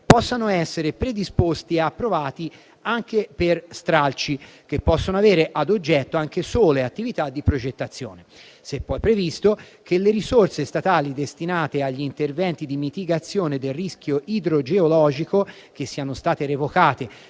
possano essere predisposti e approvati anche per stralci che possono avere ad oggetto anche sole attività di progettazione. Si è poi previsto che le risorse statali destinate agli interventi di mitigazione del rischio idrogeologico che siano state revocate